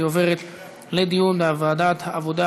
לוועדת העבודה,